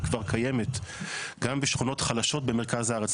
כבר קיימת גם בשכונות חלשות במרכז הארץ,